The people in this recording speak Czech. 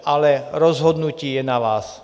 Ale rozhodnutí je na vás.